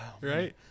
right